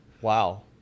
Wow